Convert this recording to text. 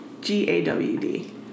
g-a-w-d